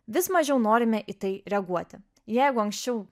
vis mažiau norime į tai reaguoti jeigu anksčiau